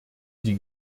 die